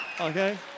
Okay